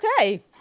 Okay